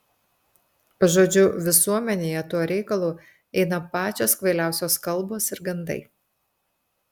žodžiu visuomenėje tuo reikalu eina pačios kvailiausios kalbos ir gandai